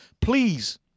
Please